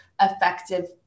effective